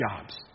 jobs